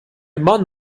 mann